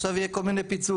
עכשיו יהיה כל מיני פיצולים.